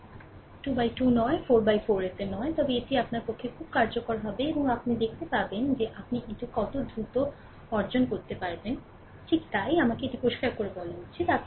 2 X 2 নয় 4 X 4 তে নয় তবে এটি আপনার পক্ষে খুব কার্যকর হবে এবং আপনি দেখতে পাবেন যে আপনি এটি কতটা দ্রুত অর্জন করতে পারবেন ঠিক তাই আমাকে এটি পরিষ্কার করা উচিত তাই না